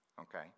Okay